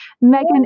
Megan